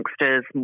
youngsters